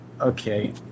okay